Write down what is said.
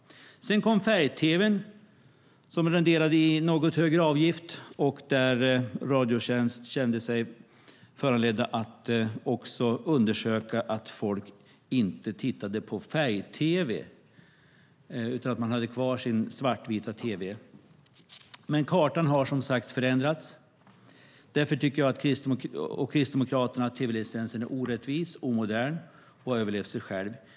Sedan kom färg-tv:n, vilket resulterade i en något högre avgift. Där kände Radiotjänst sig föranlett att undersöka att folk inte tittade på färg-tv utan hade kvar sin svartvita tv. Som sagt har kartan dock förändrats. Därför tycker jag och Kristdemokraterna att tv-licensen är orättvis, omodern och har faktiskt överlevt sig själv.